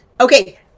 okay